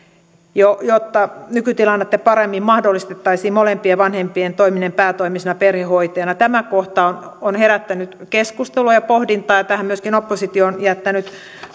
jotta nykytilannetta paremmin mahdollistettaisiin molempien vanhempien toimiminen päätoimisena perhehoitajana tämä kohta on herättänyt keskustelua ja pohdintaa ja tähän oppositio on myöskin jättänyt